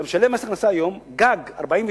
אתה משלם היום מס הכנסה גג 49%,